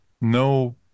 no